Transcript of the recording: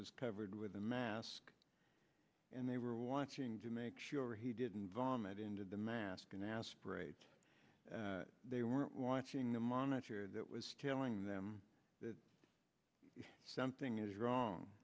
was covered with a mask and they were watching to make sure he didn't vomit into the mask and aspirate they weren't watching the monitor that was telling them that something is wrong